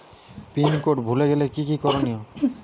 Pin code ভুলে গেলে কি কি করনিয়?